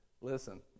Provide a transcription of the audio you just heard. listen